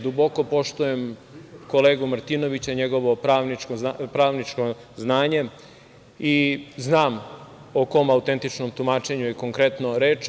Duboko poštujem kolegu Martinovića i njegovo pravničko znanje i znam o kom autentičnom tumačenju je konkretno reč.